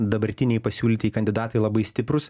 dabartiniai pasiūlytieji kandidatai labai stiprus